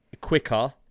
quicker